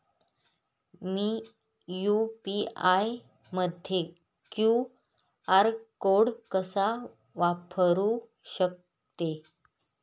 मी UPI मध्ये QR code कसा वापरु शकते?